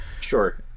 sure